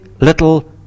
little